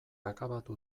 akabatu